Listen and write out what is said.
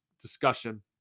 discussion